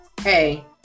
hey